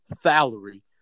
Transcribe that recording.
salary